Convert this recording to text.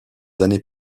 années